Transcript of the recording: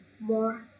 more